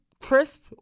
crisp